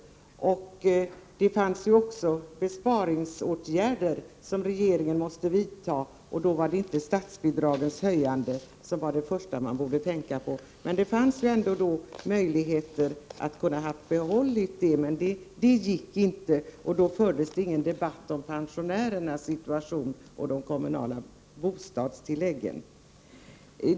Regeringen måste också vidta besparingsåtgärder, och då är inte statsbidragshöjningar det första man bör tänka på. Det hade funnits möjligheter att behålla en del, men det gick inte, och då fördes ingen debatt om pensionärernas situation och de kommunala bostadstilläggen.